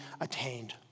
attained